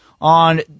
on